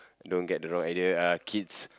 don't get the wrong idea ah kids